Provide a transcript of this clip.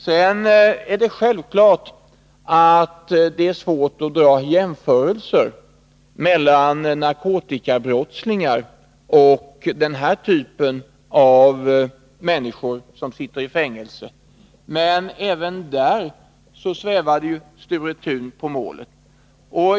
Sedan är det självklart att det är svårt att göra jämförelser mellan narkotikabrottslingar och den här typen av människor som sitter i fängelse. Men även på den punkten svävade Sture Thun på målet.